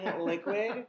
liquid